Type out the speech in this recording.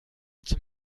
zum